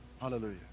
Hallelujah